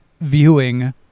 viewing